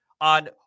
on